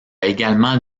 également